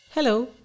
Hello